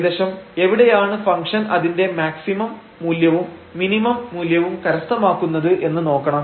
ഏകദേശം എവിടെയാണ് ഫംഗ്ഷൻ അതിന്റെ മാക്സിമം മൂല്യവും മിനിമം മൂല്യവും കരസ്ഥമാക്കുന്നത് എന്ന് നോക്കണം